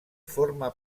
forma